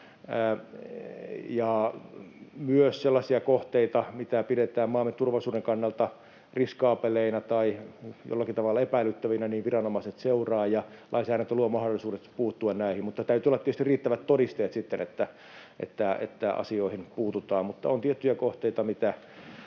myös sellaisia kohteita, mitä pidetään maamme turvallisuuden kannalta riskaabeleina tai jollakin tavalla epäilyttävinä, ja lainsäädäntö luo mahdollisuudet puuttua näihin, mutta täytyy olla tietysti riittävät todisteet sitten, ennen kuin asioihin puututaan. Mutta on tiettyjä kohteita,